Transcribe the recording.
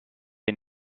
est